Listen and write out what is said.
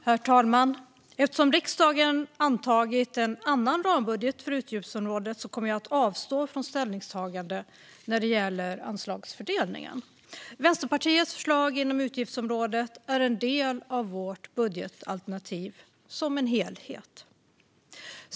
Herr talman! Eftersom riksdagen antagit en annan rambudget för utgiftsområdet kommer jag att avstå från ställningstagande när det gäller anslagsfördelningen. Vänsterpartiets förslag inom utgiftsområdet är en del av vårt budgetalternativ, som är en helhet.